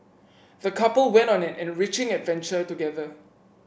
the couple went on an enriching adventure together